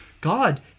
God